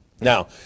now